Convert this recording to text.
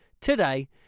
today